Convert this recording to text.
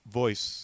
voice